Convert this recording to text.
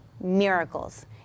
miracles